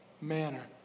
manner